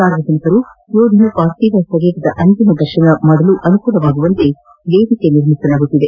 ಸಾರ್ವಜನಿಕರು ಯೋಧನ ಪಾರ್ಥಿವ ಶರೀರದ ಅಂತಿಮ ದರ್ಶನ ಮಾಡಲು ಅನುಕೂಲವಾಗುವಂತೆ ವೇದಿಕೆ ನಿರ್ಮಿಸಲಾಗುತ್ತಿದೆ